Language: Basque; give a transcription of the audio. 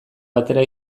batera